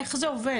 איך זה עובד?